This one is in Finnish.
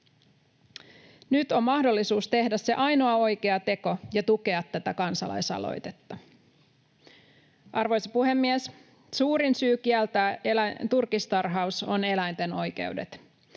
Nyt on mahdollisuus tehdä se ainoa oikea teko ja tukea tätä kansalaisaloitetta. Arvoisa puhemies! Suurin syy kieltää turkistarhaus on eläinten oikeudet.